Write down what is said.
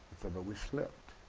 said, but we slipped.